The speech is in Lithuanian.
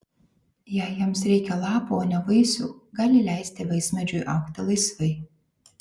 jei jiems reikia lapų o ne vaisių gali leisti vaismedžiui augti laisvai